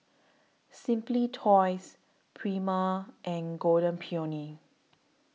Simply Toys Prima and Golden Peony